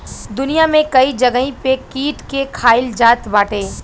दुनिया में कई जगही पे कीट के खाईल जात बाटे